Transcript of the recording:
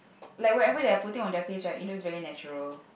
like whatever they are putting on their face right it looks very natural